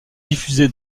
diffusée